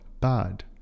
bad